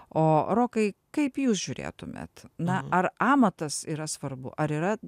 o rokai kaip jūs žiūrėtumėt na ar amatas yra svarbu ar yra